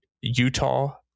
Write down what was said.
utah